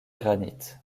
granit